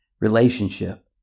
Relationship